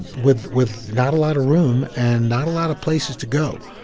and with with not a lot of room and not a lot of places to go.